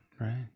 right